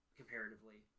comparatively